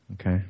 Okay